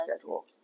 schedule